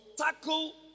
tackle